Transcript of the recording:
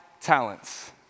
talents